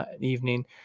evening